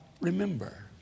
remember